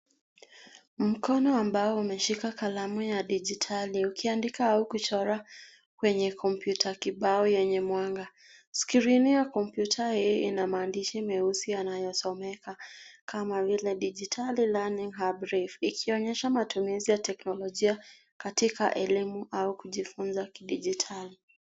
Mkono ambao umeshika kalamu ya digitali kuandika au kuchora kwenye kompyuta kibao yenye mwanga .Skrini ya kompyuta hii ina maandishi meusi yanayosomeka kama vile digitali learning hub reiff ikionyesha matumizi ya teknolojia katika elimu au kujifunza kidijitali.